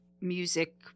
music